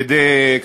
כדי,